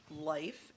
life